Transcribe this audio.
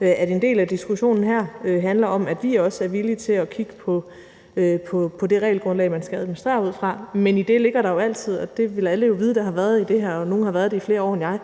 at en del af diskussionen her handler om, at vi også er villige til at kigge på det regelgrundlag, man skal administrere ud fra. Men i det ligger der jo – og det vil alle vide, der har været i det her, og nogle har været det i flere år end jeg